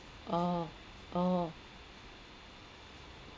oh oh